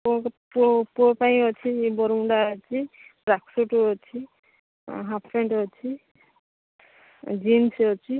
ପୁଅଙ୍କ ପୁଅ ପୁଅପାଇଁ ଅଛି ବରମୁଣ୍ଡା ଅଛି ଟ୍ରାକସୁଟ୍ ଅଛି ଓ ହାପ୍ ପ୍ୟାଣ୍ଟ୍ ଅଛି ଓ ଜିନ୍ସ ଅଛି